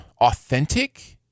authentic